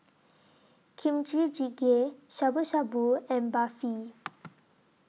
Kimchi Jjigae Shabu Shabu and Barfi